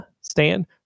Stan